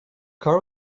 car